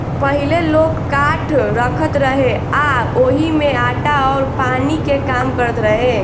पहिले लोग काठ रखत रहे आ ओही में आटा अउर पानी के काम करत रहे